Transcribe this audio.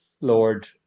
Lord